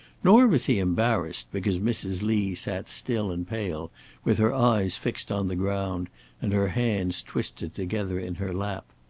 nor was he embarrassed because mrs. lee sat still and pale with her eyes fixed on the ground and her hands twisted together in her lap.